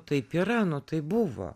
taip yra nu taip buvo